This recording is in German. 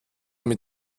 mit